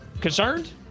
Concerned